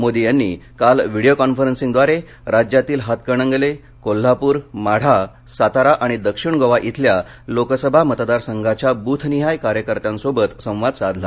मोदी यांनी काल व्हिडिओ कॉन्फरन्सिंगद्वारे राज्यातील हातकणंगले कोल्हापूर माढा सातारा आणि दक्षिण गोवा इथल्या लोकसभा मतदार संघाच्या ब्रथनिहाय कार्यकर्त्यांसोबत संवाद साधला